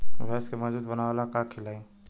भैंस के मजबूत बनावे ला का खिलाई?